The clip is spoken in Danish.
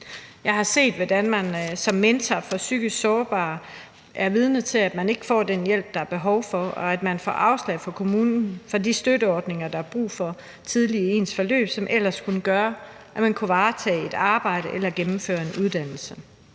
Jeg har som mentor for psykisk sårbare været vidne til, at de ikke får den hjælp, der er behov for, at de får afslag fra kommunen på de støtteordninger, der er brug for tidligt i deres forløb, som ellers kunne gøre, at de kunne varetage et arbejde eller gennemføre en uddannelse.